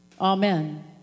Amen